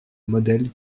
modèle